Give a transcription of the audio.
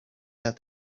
that